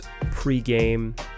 pregame